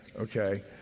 Okay